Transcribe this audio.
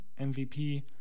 MVP